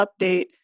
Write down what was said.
update